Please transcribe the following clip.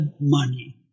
money